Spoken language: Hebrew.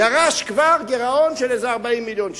ירש כבר גירעון של איזה 40 מיליון שקלים.